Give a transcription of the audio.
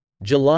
July